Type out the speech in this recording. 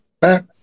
back